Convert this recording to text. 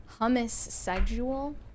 hummus-sexual